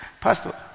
Pastor